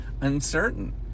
uncertain